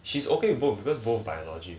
she's okay both with both cause both are biology